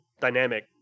dynamic